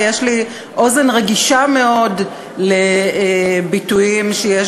ויש לי אוזן רגישה מאוד לביטויים שיש